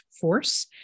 force